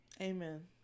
amen